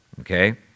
Okay